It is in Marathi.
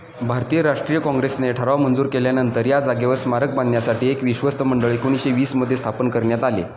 भारतीय राष्ट्रीय काँग्रेसने ठराव मंजूर केल्यानंतर या जागेवर स्मारक बांधण्यासाठी एक विश्वस्तमंडळ एकोणीसशे वीसमध्ये स्थापन करण्यात आले